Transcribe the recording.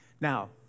Now